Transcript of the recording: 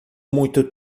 muito